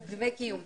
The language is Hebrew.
דמי קיום.